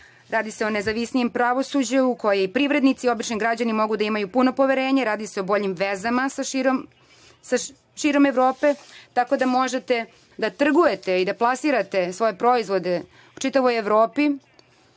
Radi se o nezavisnijem pravosuđu u koje privrednici, obični građani mogu da imaju puno poverenje. Radi se o boljim vezama širom Evrope, da možete da trgujete i da plasirate svoje proizvode u čitavoj Evropi. Sigurna